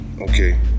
Okay